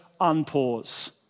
unpause